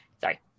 sorry